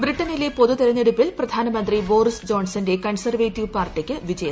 ബ്രിട്ടണിലെ പൊതു തെരഞ്ഞെടുപ്പിൽ പ്രധാനമന്ത്രി ബോറിസ് ജോൺസന്റെ കൺസർവേറ്റീവ് പാർട്ടിക്ക് വിജയ സാധ്യത